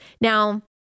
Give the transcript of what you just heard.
Now